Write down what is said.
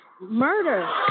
murder